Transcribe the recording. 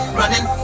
running